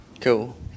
Cool